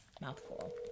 Mouthful